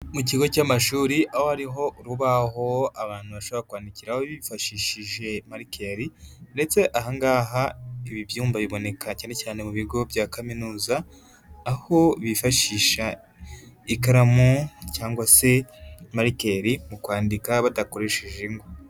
Mu kigo cy'amashuri aho hariho urubaho abantu bashobora kwandikiraho bifashishije marikeri ndetse aha ngaha ibi byumba biboneka cyane cyane mu bigo bya kaminuza, aho bifashisha ikaramu cyangwa se marikeri mu kwandika badakoresheje ingwa.